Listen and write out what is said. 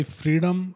freedom